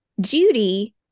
Judy